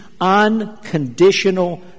unconditional